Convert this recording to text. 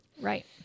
right